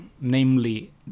namely